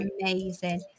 amazing